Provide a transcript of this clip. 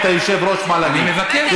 היא מפריעה לי לדבר.